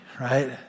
right